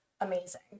amazing